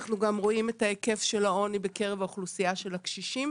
אנחנו גם רואים את ההיקף של העוני בקרב האוכלוסייה של הקשישים,